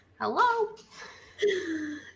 hello